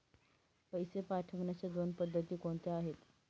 पैसे पाठवण्याच्या दोन पद्धती कोणत्या आहेत?